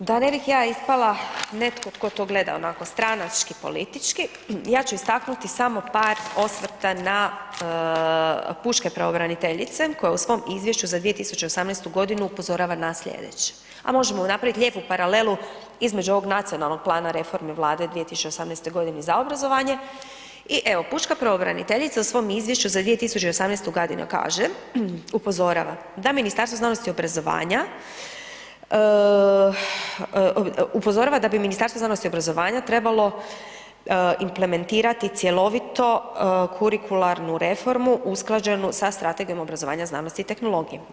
E sad, da ne bih ja ispala netko tko to gleda onako stranački, politički, ja ću istaknuti samo par osvrta na, pučke pravobraniteljice koja u svom izvješću za 2018. godinu upozorava na sljedeće, a možemo napraviti lijepu paralelu između ovog nacionalnog plana reformi Vlade 2018. g. za obrazovanje i evo, Pučka pravobraniteljica u svom izvješću za 2017. g. kaže, upozorava, da Ministarstvo znanosti i obrazovanja, upozorava da bi Ministarstvo znanosti i obrazovanja trebalo implementirati cjelovito kurikularnu reformu usklađenju sa strategijom obrazovanja, znanosti i tehnologije.